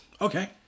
Okay